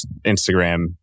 Instagram